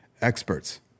experts